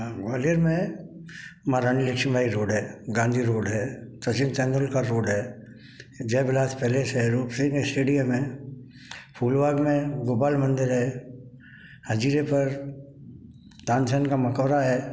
ग्वालियर में महारानी लक्ष्मीबाई रोड है गांधी रोड है सचिन तेंदुलकर रोड है जैवराज़ पैलेस है रूपसिंह स्टेडियम है फूलबाग में गोपाल मंदिर है हाजिरे पर तानसेन का मकबरा है